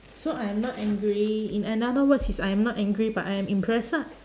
so I'm not angry in another words is I am not angry but I am impressed lah